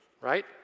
right